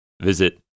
visit